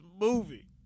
movie